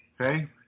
Okay